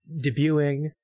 debuting